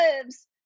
lives